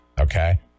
okay